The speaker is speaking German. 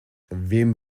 wem